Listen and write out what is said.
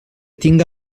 tinga